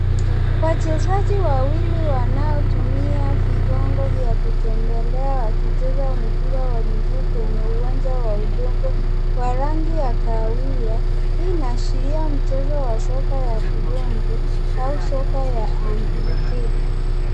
Wachezaji wawili wanaotumia vigongo vya kutembelea ,wakicheza mpira wa miguu kwenye uwanja wa udongo wa rangi ya kahawia. Hii inaashiria mchezo wa soka ya vigongo au soka ya Ambuttee .